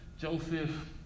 Joseph